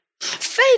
Faith